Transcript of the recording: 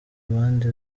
abandi